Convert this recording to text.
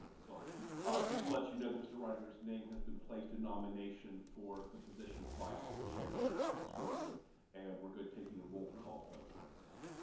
sort of just to let you know that mr. reitinger's name has been placed in nomination nomination for the position of vice chairman of the school board and we're good taking a roll call vote right now.